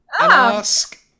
ask